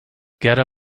gerda